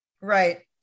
right